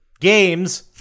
games